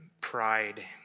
pride